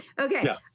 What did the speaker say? Okay